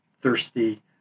thirsty